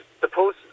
suppose